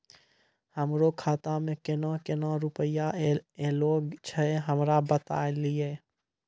हमरो खाता मे केना केना रुपैया ऐलो छै? हमरा बताय लियै?